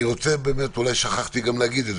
אולי שכחתי להגיד,